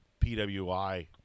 PWI